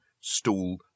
stool